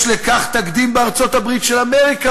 יש לכך תקדים בארצות-הברית של אמריקה",